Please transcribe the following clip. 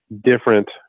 different